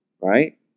Right